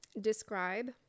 Describe